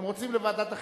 אתם רוצים לוועדת החינוך?